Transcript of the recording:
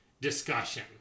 discussion